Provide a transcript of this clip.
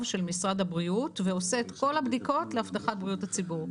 של משרד הבריאות ועושה את כל הבדיקות להבטחת בריאות הציבור.